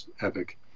epic